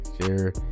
share